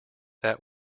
that